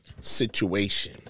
situation